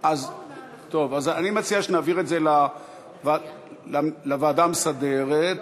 אז אני מציע שנעביר את זה לוועדה המסדרת.